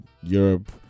Europe